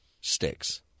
sticks